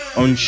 on